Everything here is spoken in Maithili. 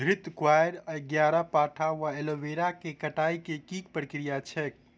घृतक्वाइर, ग्यारपाठा वा एलोवेरा केँ कटाई केँ की प्रक्रिया छैक?